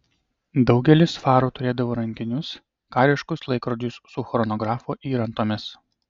daugelis farų turėdavo rankinius kariškus laikrodžius su chronografo įrantomis